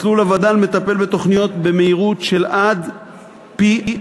מסלול הווד"ל מטפל בתוכניות במהירות של עד פי-ארבעה